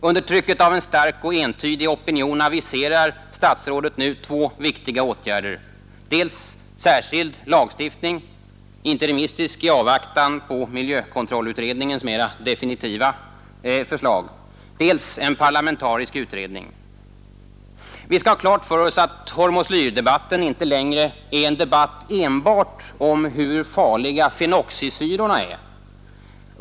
Under trycket av en stark och entydig opinion aviserar statsrådet nu två viktiga åtgärder: dels en särskild lagstiftning, interimistisk i avvaktan på miljökontrollutredningens mera definitiva förslag, dels en parlamentarisk utredning. Vi skall ha klart för oss att hormoslyrdebatten inte längre är en debatt enbart om hur farliga fenoxisyrorna är.